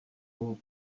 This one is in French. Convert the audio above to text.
vous